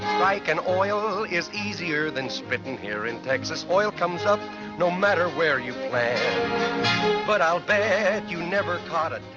like and oil is easier than spitting here in texas oil comes up no matter where you plan but i'll bet you never caught a